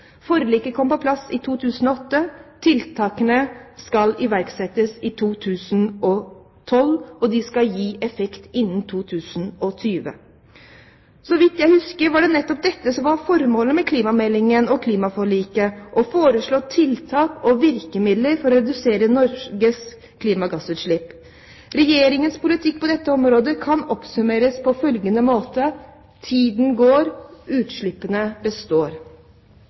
Forliket kom på plass i 2008. Tiltakene skal iverksettes i 2012, og de skal gi effekt innen 2020. Så vidt jeg husker, var det nettopp dette som var formålet med klimameldingen og klimaforliket: å foreslå tiltak og virkemidler for å redusere Norges klimagassutslipp. Regjeringens politikk på dette området kan oppsummeres på følgende måte: Tiden går – utslippene består.